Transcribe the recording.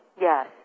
Yes